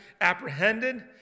apprehended